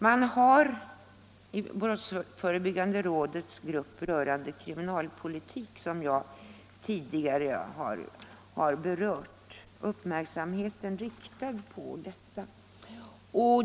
Man har i brottsförebyggande rådets grupp rörande kriminalpolitik, som jag tidigare nämnt, uppmärksamheten riktad på detta.